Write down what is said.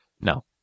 No